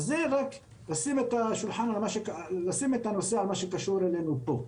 זה רק לשים את הנושא למה שקשור אלינו פה.